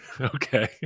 Okay